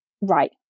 right